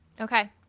Okay